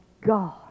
God